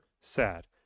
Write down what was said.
sad